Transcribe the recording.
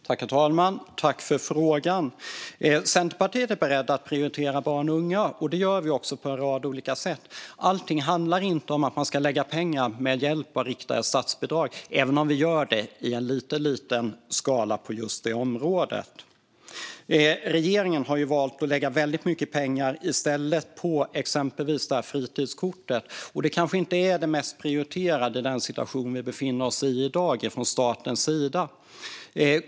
Herr talman! Jag tackar ledamoten för frågan. Centerpartiet är berett att prioritera barn och unga, och det gör vi också på en rad olika sätt. Allting handlar inte om att man ska lägga pengar med hjälp av riktade statsbidrag, även om vi gör det i liten skala på just det området. Regeringen har i stället valt att lägga väldigt mycket pengar på exempelvis fritidskortet, och det kanske inte är det mest prioriterade från statens sida i den situation vi befinner oss i dag.